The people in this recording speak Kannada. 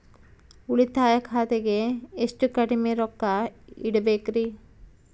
ಉಳಿತಾಯ ಖಾತೆಗೆ ಎಷ್ಟು ಕಡಿಮೆ ರೊಕ್ಕ ಇಡಬೇಕರಿ?